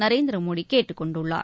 நரேந்திர மோடி கேட்டுக் கொண்டுள்ளார்